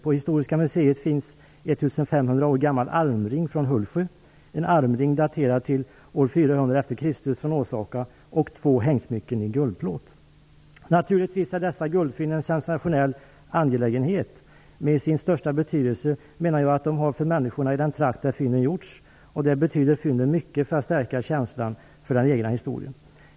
På Historiska museet finns en 1 500 år gammal armring från Hultsjö, en armring daterad till år 400 e.Kr. från Åsaka och två hängsmycken i guldplåt. Dessa guldfynd är naturligtvis en sensationell angelägenhet, men den största betydelsen har de för människorna i den trakt där fynden gjorts. Där betyder de mycket för att stärka känslan för den egna historien.